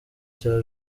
cya